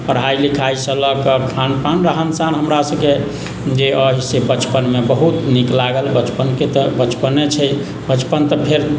पढ़ाइ लिखाइसँ लकऽ खान पान रहन सहन हमरासभके जे अइ से बचपनमे बहुत नीक लागल बचपनके तऽ बचपने छै बचपन तऽ फेर